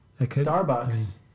Starbucks